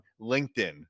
LinkedIn